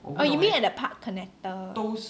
oh you mean at the park connector